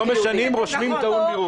לא משנים, רושמים 'טעון בירור'.